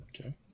Okay